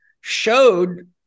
showed